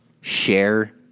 share